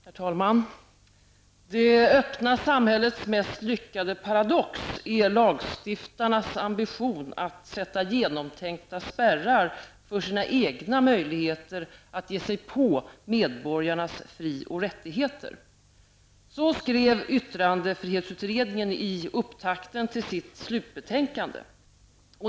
Herr talman! Det öppna samhällets mest lyckade paradox är lagstiftarnas ambition att sätta genomtänkta spärrar för sina egna möjligheter att ge sig på medborgarnas fri och rättigheter. Så skrev yttrandefrihetsutredningen i upptakten till sitt slutbetänkande.